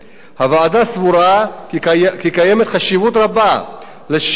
הוועדה סבורה כי קיימת חשיבות רבה לשילובו